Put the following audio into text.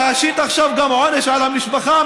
להשית עכשיו עונש גם על המשפחה?